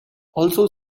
also